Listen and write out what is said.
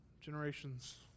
generations